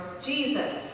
jesus